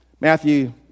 Matthew